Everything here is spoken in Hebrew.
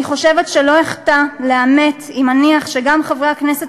אני חושבת שלא אחטא לאמת אם אניח שגם חברי הכנסת